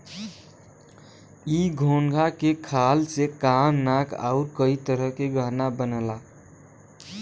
इ घोंघा के खाल से कान नाक आउर कई तरह के गहना बनला